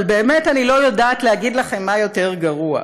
אבל באמת אני לא יודעת להגיד לכם מה יותר גרוע,